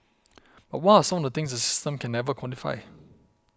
but what are some of the things the system can never quantify